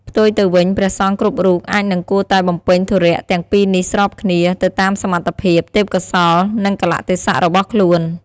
ផ្ទុយទៅវិញ ព្រះសង្ឃគ្រប់រូប អាចនិងគួរតែបំពេញធុរៈទាំងពីរនេះស្របគ្នា ទៅតាមសមត្ថភាព ទេពកោសល្យ និងកាលៈទេសៈរបស់ខ្លួន។